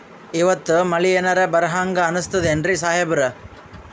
ಇವತ್ತ ಮಳಿ ಎನರೆ ಬರಹಂಗ ಅನಿಸ್ತದೆನ್ರಿ ಸಾಹೇಬರ?